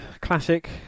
classic